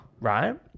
Right